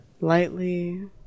lightly